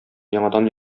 яңадан